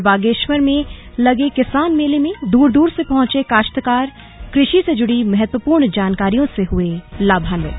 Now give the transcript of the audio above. और बागेश्वर में लगे किसान मेले में दूर दूर से पहुंचे काश्तकार कृषि से जुड़ी महत्वपूर्ण जानकारियों से हुए लाभान्वित